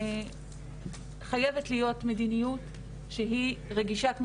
חייבת להיות מדיניות שהיא רגישת מגדר.